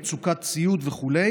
מצוקת ציוד וכו',